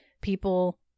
people